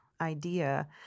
idea